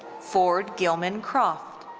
ford gilman croft.